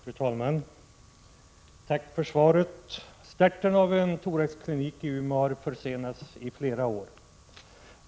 Fru talman! Jag tackar för svaret. Startandet av en thoraxklinik i Umeå har försenats i flera år.